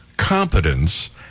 competence